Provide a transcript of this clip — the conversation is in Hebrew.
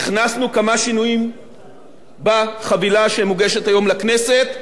הכנסנו כמה שינויים בחבילה שמוגשת היום לכנסת,